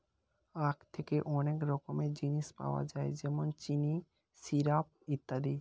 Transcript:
আখ থেকে অনেক রকমের জিনিস পাওয়া যায় যেমন চিনি, সিরাপ ইত্যাদি